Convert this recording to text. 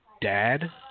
dad